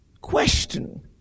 Question